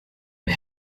and